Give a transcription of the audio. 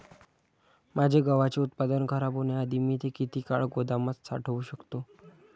माझे गव्हाचे उत्पादन खराब होण्याआधी मी ते किती काळ गोदामात साठवू शकतो?